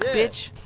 bitch